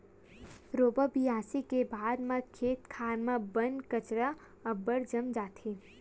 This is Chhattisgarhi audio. रोपा बियासी के बाद म खेत खार म बन कचरा अब्बड़ जाम जाथे